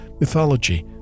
mythology